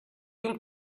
you